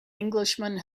englishman